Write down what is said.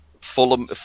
Fulham